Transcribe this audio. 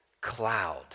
cloud